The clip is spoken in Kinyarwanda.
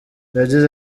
yagize